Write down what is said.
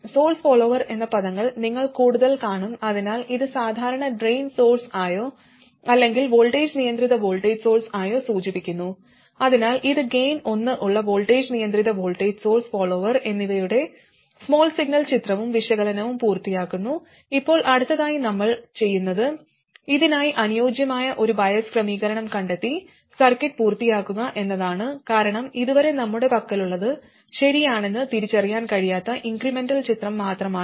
source follower എന്ന പദങ്ങൾ നിങ്ങൾ കൂടുതൽ കാണും അതിനാൽ ഇത് സാധാരണ ഡ്രെയിൻ സോഴ്സ് ആയോ അല്ലെങ്കിൽ വോൾട്ടേജ് നിയന്ത്രിത വോൾട്ടേജ് സോഴ്സ് ആയോ സൂചിപ്പിക്കുന്നു അതിനാൽ ഇത് ഗെയിൻ ഒന്ന് ഉള്ള വോൾട്ടേജ് നിയന്ത്രിത വോൾട്ടേജ് സോഴ്സ് അല്ലെങ്കിൽ കോമൺ ഡ്രെയിൻ ആംപ്ലിഫയർ അല്ലെങ്കിൽ സോഴ്സ് ഫോളോവർ എന്നിവയുടെ സ്മാൾ സിഗ്നൽ ചിത്രവും വിശകലനവും പൂർത്തിയാക്കുന്നു ഇപ്പോൾ അടുത്തതായി നമ്മൾ ചെയ്യുന്നത് ഇതിനായി അനുയോജ്യമായ ഒരു ബയസ് ക്രമീകരണം കണ്ടെത്തി സർക്യൂട്ട് പൂർത്തിയാക്കുക എന്നതാണ് കാരണം ഇതുവരെ നമ്മുടെ പക്കലുള്ളത് ശരിയാണെന്ന് തിരിച്ചറിയാൻ കഴിയാത്ത ഇൻക്രെമെന്റൽ ചിത്രം മാത്രമാണ്